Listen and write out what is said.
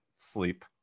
Sleep